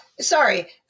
sorry